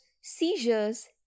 seizures